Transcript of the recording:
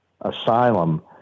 asylum